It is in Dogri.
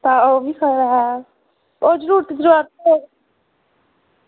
तां ओह्बी खरा ओह् जरूरत ऐही